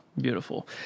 beautiful